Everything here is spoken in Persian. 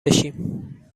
بشیم